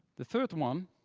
the third one